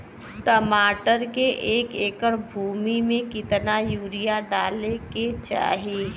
टमाटर के एक एकड़ भूमि मे कितना यूरिया डाले के चाही?